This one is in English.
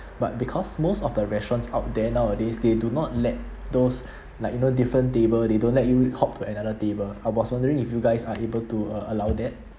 but because most of the restaurants out there nowadays they do not let those like you know different table they don't let you hop to another table I was wondering if you guys are able to uh allow that